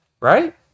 right